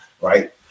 right